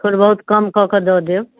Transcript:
थोड़े बहुत कम कऽ के दऽ देब